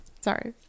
Sorry